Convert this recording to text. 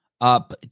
Up